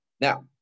Now